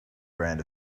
brand